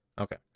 Okay